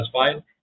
satisfied